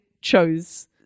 chose